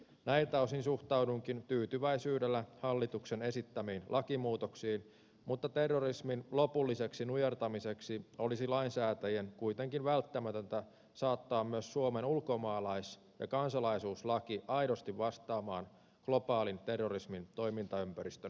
näiltä osin suhtaudunkin tyytyväisyydellä hallituksen esittämiin lakimuutoksiin mutta terrorismin lopulliseksi nujertamiseksi olisi lainsäätäjien kuitenkin välttämätöntä saattaa myös suomen ulkomaalais ja kansalaisuuslaki aidosti vastaamaan globaalin terrorismin toimintaympäristön muutosta